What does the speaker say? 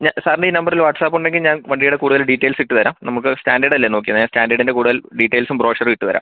ഞാൻ സാറിന് ഈ നമ്പറിൽ വാട്സ്ആപ്പ് ഉണ്ടെങ്കിൽ ഞാൻ വണ്ടിയുടെ കൂടുതൽ ഡീറ്റെയ്ൽസ് ഇട്ടു തരാം നമുക്ക് സ്റ്റാൻഡേർഡ് അല്ലേ നോക്കുന്നത് സ്റ്റാൻഡേഡിൻ്റെ കൂടുതൽ ഡീറ്റെയ്ൽസും ബ്രോഷറും ഇട്ടു തരാം